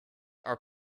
are